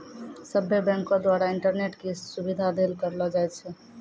सभ्भे बैंको द्वारा इंटरनेट के सुविधा देल करलो जाय छै